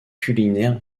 culinaires